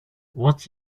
what